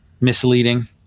misleading